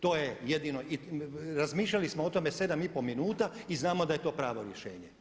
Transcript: To je jedino i razmišljali smo o tome 7,5 minuta i znamo da je to pravo rješenje.